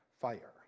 fire